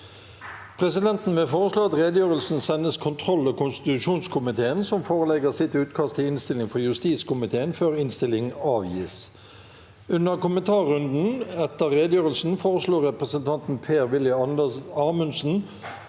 Presidenten vil foreslå at redegjørel- sen sendes kontroll- og konstitusjonskomiteen, som forelegger sitt utkast til innstilling for justiskomiteen før innstilling avgis. Under kommentarrunden etter redegjørelsen foreslo representanten Per-Willy Amundsen